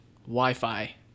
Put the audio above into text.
Wi-Fi